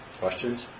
Questions